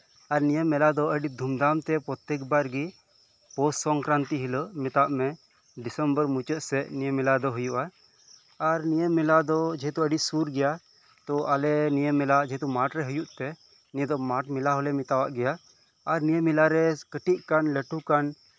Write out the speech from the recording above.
ᱟᱨ ᱱᱤᱭᱟᱹ ᱢᱮᱞᱟ ᱫᱚ ᱫᱷᱩᱢᱫᱷᱟᱢᱜᱮ ᱜᱮ ᱯᱨᱚᱛᱮᱠᱵᱟᱨᱜᱮ ᱯᱳᱥ ᱥᱚᱝᱠᱮᱨᱟᱱᱛᱤ ᱦᱤᱞᱳᱜ ᱢᱮᱛᱟᱜ ᱢᱮ ᱰᱤᱥᱮᱢᱵᱚᱨ ᱢᱩᱪᱟᱹᱫ ᱥᱮᱫ ᱱᱤᱭᱟᱹ ᱢᱮᱞᱟ ᱦᱩᱭᱩᱜᱼᱟ ᱟᱨ ᱱᱤᱭᱟᱹ ᱢᱮᱞᱟ ᱫᱚ ᱡᱮᱦᱮᱛᱩ ᱟᱹᱰᱤ ᱥᱩᱨ ᱜᱮᱭᱟ ᱛᱳ ᱟᱞᱮ ᱱᱤᱭᱟᱹ ᱢᱮᱞᱟ ᱢᱟᱴᱷᱨᱮ ᱦᱩᱭᱩᱜ ᱛᱮ ᱱᱤᱭᱟᱹ ᱫᱚ ᱢᱟᱴᱷ ᱢᱮᱞᱟ ᱦᱚᱞᱮ ᱢᱮᱛᱟᱣᱟᱜ ᱜᱮᱭᱟ ᱟᱨ ᱱᱤᱭᱟᱹ ᱢᱮᱞᱟᱨᱮ ᱠᱟᱹᱴᱤᱡ ᱠᱟᱱ ᱞᱟᱹᱴᱩ ᱠᱟᱱ